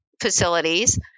facilities